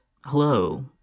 Hello